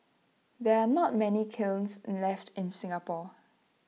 there are not many kilns left in Singapore